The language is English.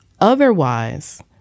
Otherwise